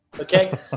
okay